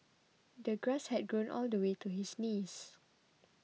the grass had grown all the way to his knees